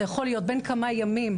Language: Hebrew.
זה יכול להיות בין כמה ימים,